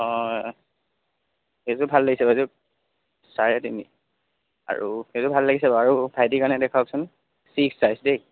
অঁ এইযোৰ ভাল লাগিছে এইযোৰ চাৰে তিনি আৰু এইযোৰ ভাল লাগিছে আৰু ভাইটিৰ কাৰণে দেখুৱাওকচোন ছিক্স চাইজ দেই